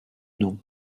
non